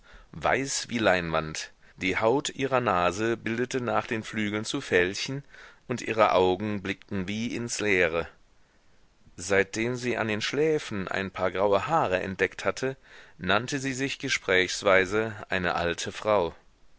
weiß wie leinwand die haut ihrer nase bildete nach den flügeln zu fältchen und ihre augen blickten wie ins leere seitdem sie an den schläfen ein paar graue haare entdeckt hatte nannte sie sich gesprächsweise eine alte frau